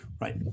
right